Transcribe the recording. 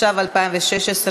התשע"ו 2016,